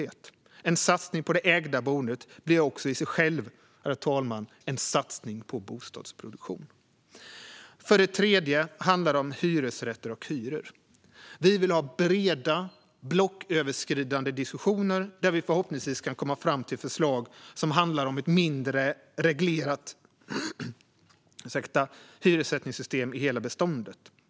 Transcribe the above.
En satsning på det ägda boendet blir också i sig själv en satsning på bostadsproduktion. För det tredje handlar det om hyresrätter och hyror. Vi vill ha breda, blocköverskridande diskussioner där vi förhoppningsvis kan komma fram till förslag som handlar om ett mindre reglerat hyressättningssystem i hela beståndet.